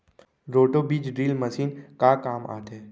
Roto बीज drill machine का काम आथे?